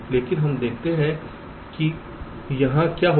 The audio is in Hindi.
लेकिन हम देखते हैं कि यहां क्या होगा